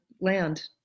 land